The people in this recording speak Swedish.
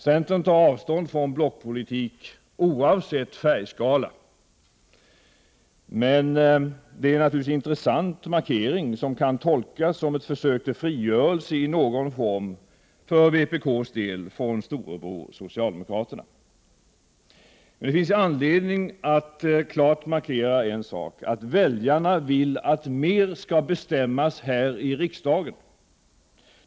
Centern tar avstånd från blockpolitik, oavsett färgskala. Men det är naturligtvis en intressant markering som kan tolkas som ett försök till frigörelse i någon form för vpk:s del från storebror socialdemokraterna. Men det finns anledning att klart markera att väljarna vill att mer skall bestämmas här i riksdagen.